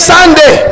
Sunday